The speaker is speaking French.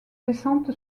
descente